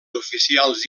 oficials